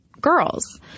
girls